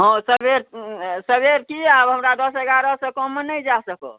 हँ सबेर सबेर की आब हमरा दस एगारह सऽ कम मे नहि जा सकब